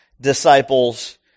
disciples